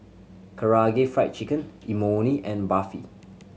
Karaage Fried Chicken Imoni and Barfi